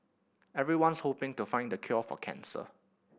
everyone's hoping to find the cure for cancer